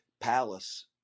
palace